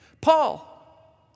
Paul